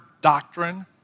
doctrine